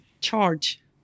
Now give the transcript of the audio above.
charge